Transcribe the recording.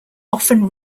often